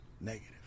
negative